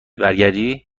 برگردی